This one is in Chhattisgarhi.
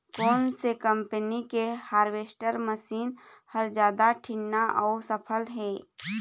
कोन से कम्पनी के हारवेस्टर मशीन हर जादा ठीन्ना अऊ सफल हे?